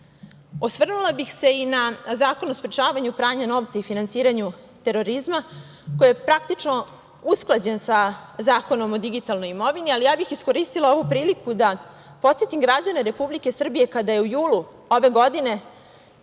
nas. Osvrnula bih se i na Zakon o sprečavanju pranja novca i finansiranju terorizma, koji je praktično usklađen sa Zakon o digitalnoj imovini, ali bih iskoristila priliku da podsetim građane Republike Srbije da je, kada je u julu ove godine